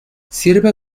sirve